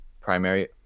primary